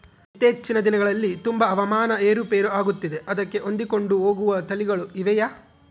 ಇತ್ತೇಚಿನ ದಿನಗಳಲ್ಲಿ ತುಂಬಾ ಹವಾಮಾನ ಏರು ಪೇರು ಆಗುತ್ತಿದೆ ಅದಕ್ಕೆ ಹೊಂದಿಕೊಂಡು ಹೋಗುವ ತಳಿಗಳು ಇವೆಯಾ?